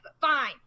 fine